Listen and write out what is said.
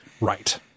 Right